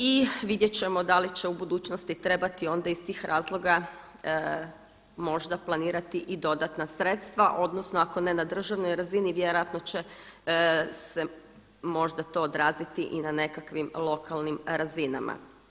I vidjet ćemo da li će u budućnosti trebati onda iz tih razloga možda planirati i dodatna sredstva, odnosno ako ne na državnoj razini vjerojatno će se možda to odraziti i na nekakvim lokalnim razinama.